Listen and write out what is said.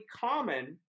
common